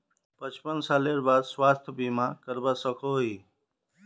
पचपन सालेर बाद स्वास्थ्य बीमा करवा सकोहो ही?